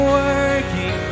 working